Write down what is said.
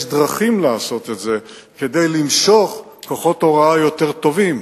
יש דרכים לעשות את זה כדי למשוך כוחות הוראה יותר טובים.